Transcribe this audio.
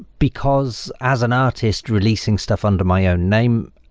because as an artist releasing stuff under my own name,